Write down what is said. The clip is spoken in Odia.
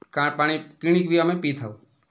କାଁ ପାଣି କିଣିକି ବି ଆମେ ପିଇଥାଉ